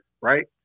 right